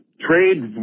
trade